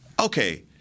okay